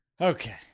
Okay